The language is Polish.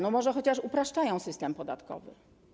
No, może chociaż upraszczacie system podatkowy?